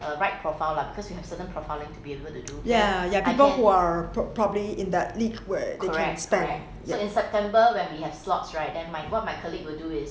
yea yea people who are prob~ probably in their lead way